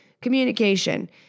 communication